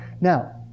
Now